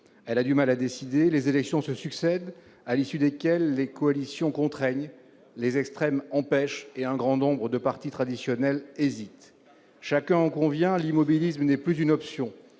Elle a du mal à décider. Les élections se succèdent, à l'issue desquelles les coalitions contraignent, les extrêmes empêchent et un grand nombre de partis traditionnels hésitent. Chacun en convient : l'immobilisme n'est plus une option.